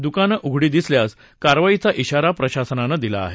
दुकानं उघडी दिसल्यास कारवाईचा इशारा प्रशासनानं दिला आहे